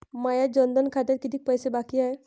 माया जनधन खात्यात कितीक पैसे बाकी हाय?